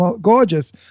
gorgeous